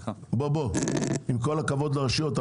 עם כל הכבוד לרשויות,